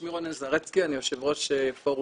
שמי רונן זרצקי, אני יושב ראש פורום